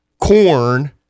corn